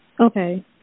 Okay